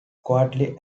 quietly